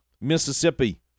Mississippi